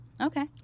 Okay